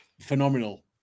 phenomenal